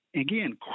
again